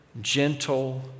gentle